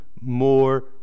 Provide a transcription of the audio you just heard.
more